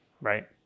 right